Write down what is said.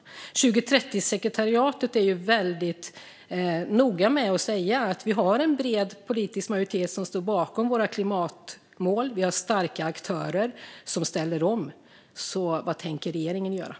2030-sekreteriatet är noga med att säga att vi har en bred politisk majoritet som står bakom våra klimatmål och att vi har starka aktörer som ställer om. Så vad tänker regeringen göra?